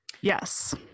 Yes